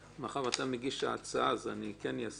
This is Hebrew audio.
שאתה מגיש ההצעה, כן אעשה זאת זה